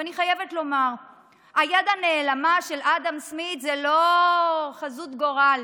ואני חייבת לומר שהיד הנעלמה של אדם סמית היא לא גזרת גורל,